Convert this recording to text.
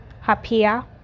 happier